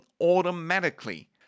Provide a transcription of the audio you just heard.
automatically